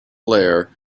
flare